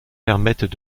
permettent